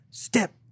Step